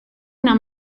una